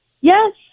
Yes